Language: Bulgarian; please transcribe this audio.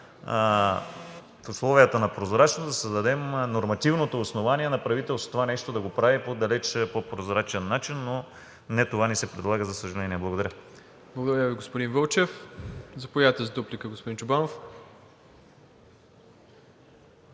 в условията на прозрачност да създадем нормативното основание на правителството това нещо да го прави по̀ далеч по-прозрачен начин, но не това ни се предлага, за съжаление. Благодаря. ПРЕДСЕДАТЕЛ МИРОСЛАВ ИВАНОВ: Благодаря Ви, господин Вълчев. Заповядайте за дуплика, господин Чобанов.